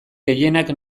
gehienak